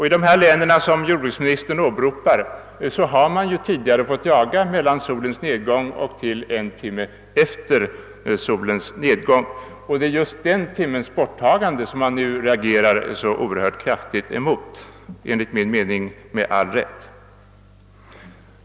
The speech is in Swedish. I de län som jordbruksministern avser har man tidigare fått jaga under en timme från solens nedgång, och det är just förbudet mot att nu jaga under denna timme som man reagerar så kraftigt mot, enligt min mening med all rätt.